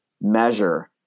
measure